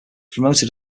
promoted